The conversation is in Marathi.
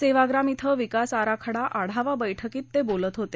सेवाग्राम इथं विकास आराखडा आढावा बैठकीत ते बोलत होते